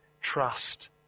trust